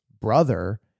brother